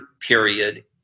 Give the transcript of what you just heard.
period